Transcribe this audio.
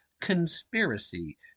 conspiracy